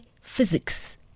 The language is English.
physics